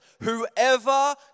whoever